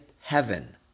heaven